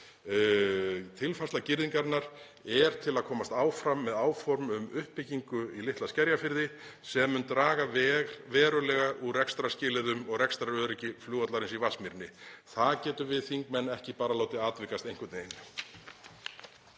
Tilfærsla girðingarinnar er til að komast áfram með áform um uppbyggingu í Litla-Skerjafirði sem mun draga verulega úr rekstrarskilyrðum og rekstraröryggi flugvallarins í Vatnsmýrinni. Það getum við þingmenn ekki bara látið atvikast einhvern veginn.